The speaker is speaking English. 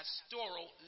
pastoral